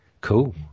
Cool